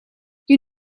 you